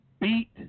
beat